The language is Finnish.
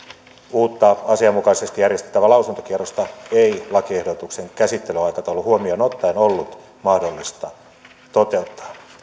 uutta asianmukaisesti järjestettävää lausuntokierrosta ei lakiehdotuksen käsittelyaikataulun huomioon ottaen ollut mahdollista toteuttaa